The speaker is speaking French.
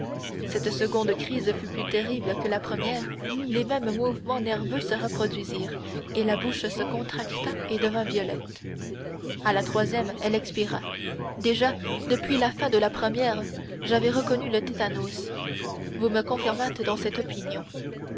cette seconde crise fut plus terrible que la première les mêmes mouvements nerveux se reproduisirent et la bouche se contracta et devint violette à la troisième elle expira déjà depuis la fin de la première j'avais reconnu le tétanos vous me confirmâtes dans cette opinion